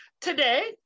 Today